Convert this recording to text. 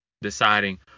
deciding